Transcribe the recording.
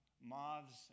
moths